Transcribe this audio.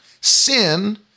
Sin